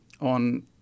on